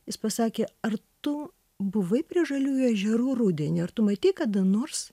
jis pasakė ar tu buvai prie žaliųjų ežerų rudenį ar tu matei kada nors